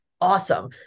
awesome